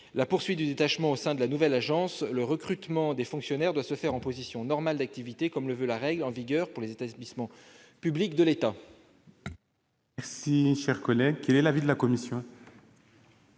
la poursuite du détachement au sein de la nouvelle agence, le recrutement des fonctionnaires doit se faire en position normale d'activité, comme le veut la règle en vigueur pour les établissements publics de l'État.